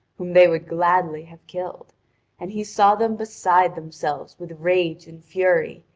whom they would gladly have killed and he saw them beside themselves with rage and fury,